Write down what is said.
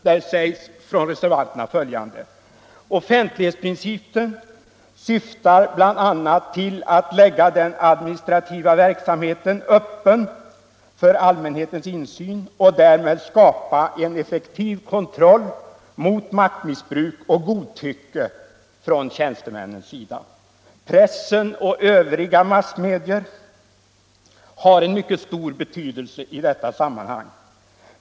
Där sägs: ”Offentlighetsprincipen syftar bl.a. till att lägga den administrativa verksamheten öppen för allmänhetens insyn och därmed skapa en effektiv kontroll mot maktmissbruk och godtycke från tjänstemännens sida. Pressen och övriga massmedier har en mycket stor betydelse i detta sammanhang.